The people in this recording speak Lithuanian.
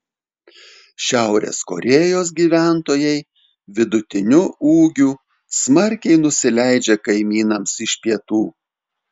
šiaurės korėjos gyventojai vidutiniu ūgiu smarkiai nusileidžia kaimynams iš pietų